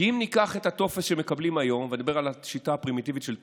כי אם ניקח את הטופס ואני מדבר על השיטה הפרימיטיבית של טופס,